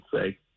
say